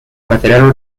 material